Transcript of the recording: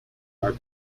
our